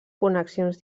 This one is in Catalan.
connexions